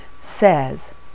says